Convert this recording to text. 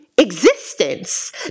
existence